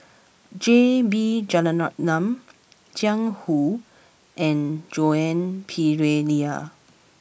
J B Jeyaretnam Jiang Hu and Joan Pereira